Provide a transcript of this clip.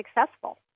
successful